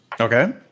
Okay